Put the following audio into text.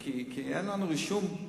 כי אין לנו רישום.